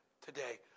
today